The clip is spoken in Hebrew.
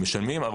אנחנו משלמים.